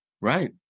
Right